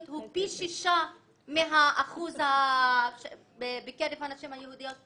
הוא פי 6 מהאחוז בקרב הנשים היהודיות.